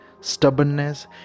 stubbornness